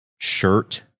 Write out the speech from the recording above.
Shirt